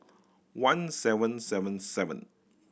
one seven seven seven